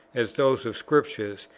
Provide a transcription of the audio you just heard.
as those of scripture,